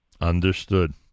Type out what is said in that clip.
Understood